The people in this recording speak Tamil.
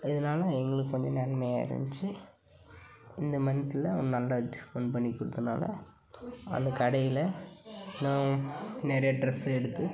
அதனால எங்களுக்கு கொஞ்சம் நன்மையாக இருந்துச்சி இந்த மந்தில் நல்லா டிஸ்கவுண்ட் பண்ணி கொடுத்தனால அந்த கடையில் நான் நிறையா டிரெஸ்சு எடுத்து